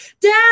Dad